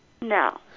No